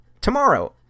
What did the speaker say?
tomorrow